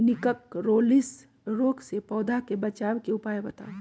निककरोलीसिस रोग से पौधा के बचाव के उपाय बताऊ?